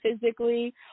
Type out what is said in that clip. physically